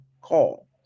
call